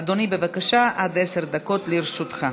אדוני, בבקשה, עד עשר דקות לרשותך.